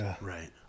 Right